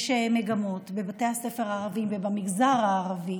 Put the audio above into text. יש מגמות, בבתי הספר הערביים ובמגזר הערבי,